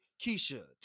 Keisha